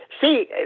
see